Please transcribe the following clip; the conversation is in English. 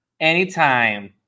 Anytime